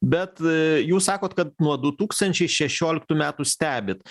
bet jūs sakot kad nuo du tūkstančiai šešioliktų metų stebit